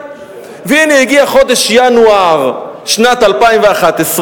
והנה הגיע חודש ינואר שנת 2011,